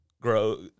Grow